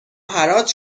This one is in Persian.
حراج